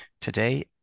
Today